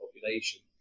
population